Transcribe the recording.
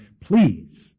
please